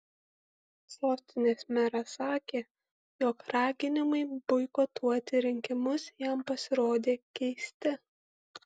sostinės meras sakė jog raginimai boikotuoti rinkimus jam pasirodė keisti